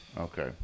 Okay